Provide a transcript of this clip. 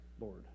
Lord